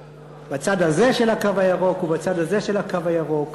בצד הזה של הקו הירוק ובצד הזה של הקו הירוק,